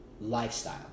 lifestyle